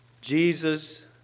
Jesus